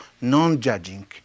non-judging